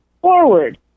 forward